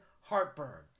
heartburn